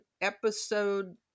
episode